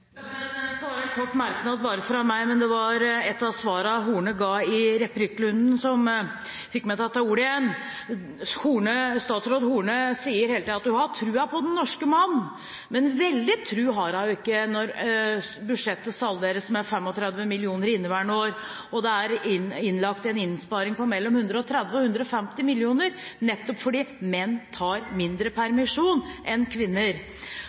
en kort merknad. Det var et av svarene Horne ga i replikkrunden, som fikk meg til å ta ordet igjen. Statsråd Horne sier hele tiden at hun har troen på den norske mann, men veldig stor tro har hun ikke når budsjettet salderes med 35 mill. kr inneværende år, og det er innlagt en innsparing på mellom 130 og 150 mill. kr nettopp fordi menn tar mindre permisjon enn kvinner.